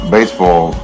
Baseball